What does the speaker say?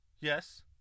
Yes